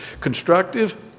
constructive